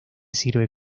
sirve